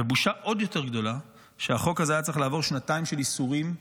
ובושה עוד יותר גדולה שהחוק הזה היה צריך לעבור שנתיים של ייסורים,